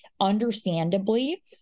understandably